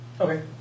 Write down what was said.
Okay